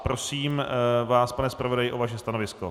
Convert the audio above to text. Prosím vás, pane zpravodaji, o vaše stanovisko.